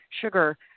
sugar